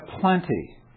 plenty